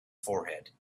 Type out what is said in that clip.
forehead